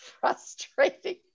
frustrating